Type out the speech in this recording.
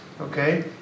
Okay